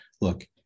Look